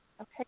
Okay